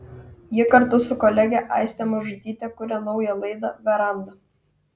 ji kartu su kolege aiste mažutyte kuria naują laidą veranda